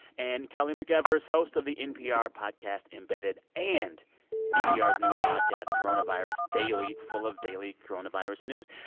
and kelly mcevers, host of the npr podcast embedded and npr's newest podcast, coronavirus daily, full of daily coronavirus news.